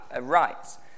rights